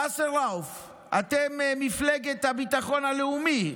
וסרלאוף, אתם מפלגת הביטחון הלאומי,